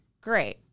Great